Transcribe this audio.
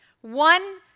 one